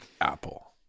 Apple